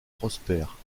prospère